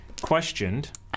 questioned